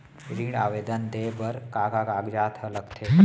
ऋण आवेदन दे बर का का कागजात ह लगथे?